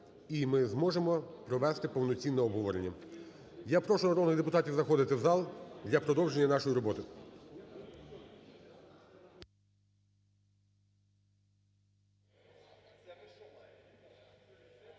і ми зможемо провести повноцінне обговорення. Я прошу народних депутатів заходити в зал для продовження нашої роботи.